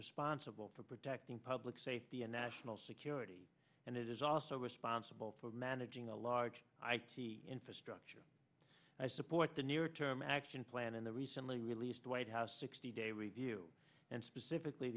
responsible for protecting public safety and national security and it is also responsible managing a large i t infrastructure i support the near term action plan and the recently released white house sixty day review and specifically